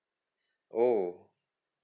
oh